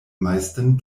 meisten